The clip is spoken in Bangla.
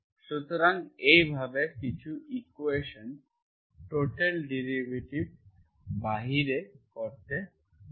সুতরাং এইভাবে কিছু ইকুয়েশন্স টোটাল ডেরিভেটিভ ব্যবহার করতে পারে